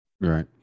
Right